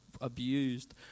abused